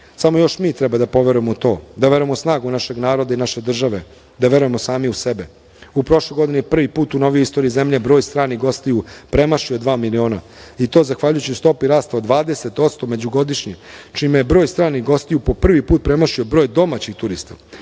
samo još mi treba da poverujemo u to, da verujemo u snagu našeg naroda i naše države, da verujemo sami u sebe. U prošloj godini, prvu put u novijoj istoriji zemlje broj stranih gostiju premašio je dva miliona i to zahvaljujući stopi rasta od 20% međugodišnje, čime je broj stranih gostiju po prvi put premašio broj domaćih turista,